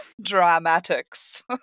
Dramatics